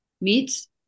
Meats